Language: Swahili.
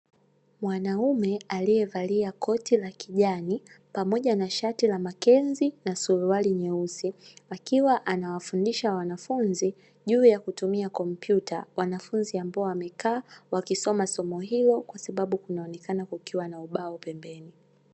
Mwanaume aliyevalia koti la kijani pamoja na shati la makenzi na suruali nyeusi akiwa anawafundisha wanafunzi juu ya kutumia kompyuta, wanafunzi ambao wamekaa wakisoma somo hilo kwa sababu kunaonekana kukiwa na ubao pembeni.